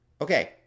Okay